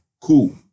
Cool